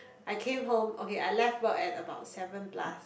I came home okay I left about at about seven plus